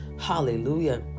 Hallelujah